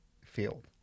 field